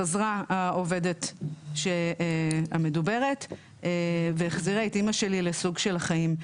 חזרה העובדת המדוברת והחזירה את אימא שלי לסוג של חיים.